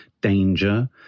danger